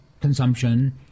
consumption